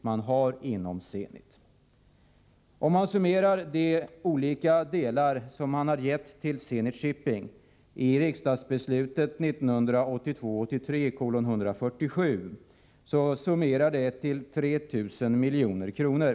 Om man summerar de pengar som staten har givit Zenit Shipping AB genom riksdagsbeslutet i enlighet med proposition 1982/83:147 blir det ett kapitaltillskott på 3 000 milj.kr.